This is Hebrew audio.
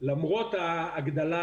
למרות ההגדלה,